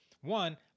one